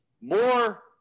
more